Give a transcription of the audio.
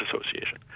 Association